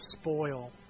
spoil